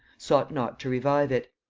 sought not to revive it.